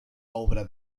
obra